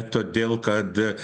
todėl kad